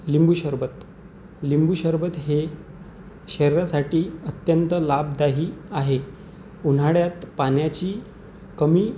लिंबू सरबत लिंबू सरबत हे शरीरासाठी अत्यंत लाभदायी आहे उन्हाळ्यात पाण्याची कमी